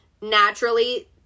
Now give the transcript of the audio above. naturally